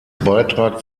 beitrag